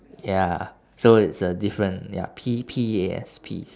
ya so it's uh different ya P P E A S peas